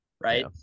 right